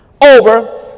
over